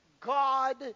God